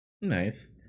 Nice